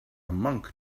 monk